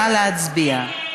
נא להצביע.